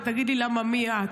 ותגיד לי "למה מי את",